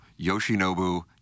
Yoshinobu